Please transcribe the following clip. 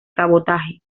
cabotaje